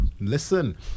Listen